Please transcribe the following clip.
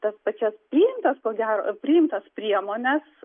tas pačias priimtas ko gero priimtas priemones